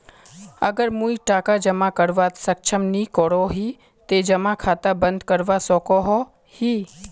अगर मुई टका जमा करवात सक्षम नी करोही ते जमा खाता बंद करवा सकोहो ही?